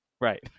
Right